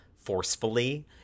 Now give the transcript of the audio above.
forcefully